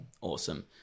awesome